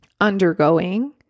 undergoing